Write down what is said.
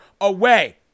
away